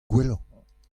gwellañ